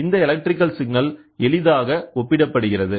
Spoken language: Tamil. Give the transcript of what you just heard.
எனவே இந்த எலக்ட்ரிக்கல் சிக்னல் எளிதாக ஒப்பிடப்படுகிறது